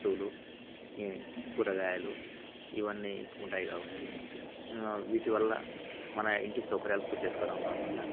వస్తువులు ఈ కూరగాయలు ఇవన్నీ ఉంటాయి కాబట్టి వీటివల్ల మన ఇంటి సౌకర్యాలు పూర్తి చేసుకోవడం కాకుండా